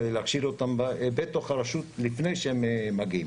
כדי להכשיר אותם בתוך הרשות לפני שהם מגיעים.